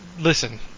listen